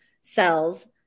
cells